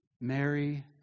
Mary